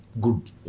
good